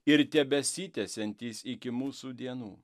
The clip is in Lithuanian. ir tebesitęsiantys iki mūsų dienų